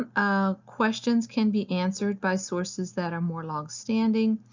um ah questions can be answered by sources that are more long-standing.